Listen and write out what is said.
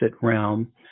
realm